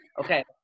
Okay